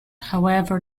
however